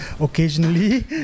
occasionally